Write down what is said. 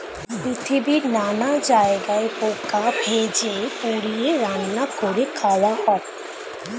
পৃথিবীর নানা জায়গায় পোকা ভেজে, পুড়িয়ে, রান্না করে খাওয়া হয়